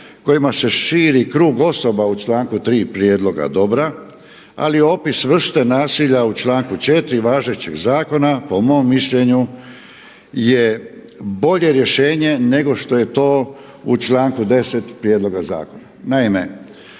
kojima se širi krug osoba u članku 3. prijedloga dobra, ali opis vrste nasilja u članku 4. važećeg zakona po mom mišljenju je bolje rješenje nego što je to u članku 10. prijedloga zakona.